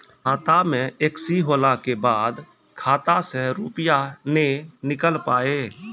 खाता मे एकशी होला के बाद खाता से रुपिया ने निकल पाए?